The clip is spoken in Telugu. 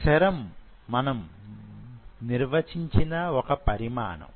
సెరమ్ మనం నిర్వచించని వొక పరిమాణం